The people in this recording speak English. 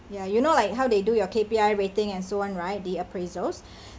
ya you know like how they do your K_P_I rating and so on right the appraisals